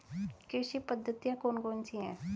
कृषि पद्धतियाँ कौन कौन सी हैं?